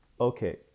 Okay